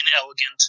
inelegant